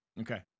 Okay